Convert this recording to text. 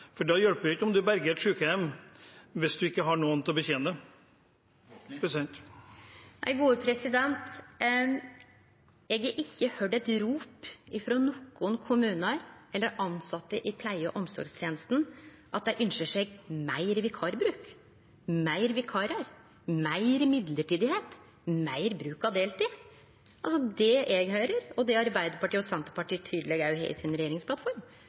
For det hjelper ikke om en berger et sykehjem, hvis en ikke har noen til å betjene det. Eg har ikkje høyrt eit rop frå nokon kommunar eller tilsette i pleie- og omsorgstenesta om at dei ønskjer seg meir vikarbruk, fleire vikarar, fleire mellombelse tilsetjingar, meir bruk av deltid. Det eg høyrer, og det Arbeidarpartiet og Senterpartiet tydeleg har i